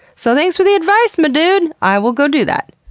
so thanks for the advice, my dude! i will go do that!